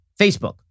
Facebook